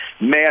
man